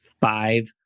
five